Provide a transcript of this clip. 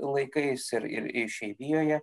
laikais ir ir išeivijoje